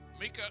Mika